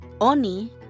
Oni